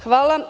Hvala.